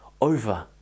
over